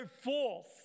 forth